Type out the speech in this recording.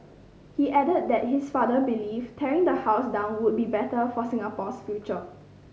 he added that his father believed tearing the house down would be better for Singapore's future